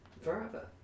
forever